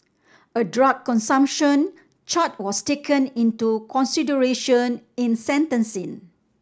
a drug consumption charge was taken into consideration in sentencing